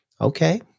Okay